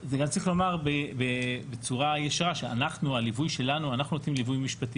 גם צריך לומר בצורה ישרה שאנחנו נותנים ליווי משפטי